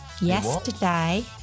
yesterday